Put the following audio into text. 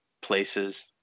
places